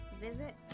visit